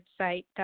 website